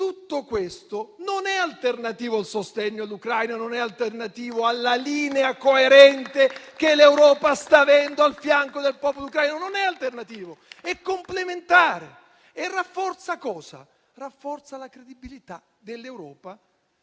tutto questo non è alternativo al sostegno all'Ucraina e non è alternativo alla linea coerente che l'Europa sta avendo al fianco del popolo ucraino. Non è alternativo, è complementare e rafforza la credibilità dell'Europa,